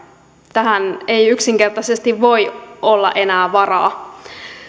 tähän ei yksinkertaisesti voi olla enää varaa